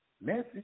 Message